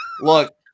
Look